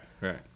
right